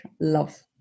Love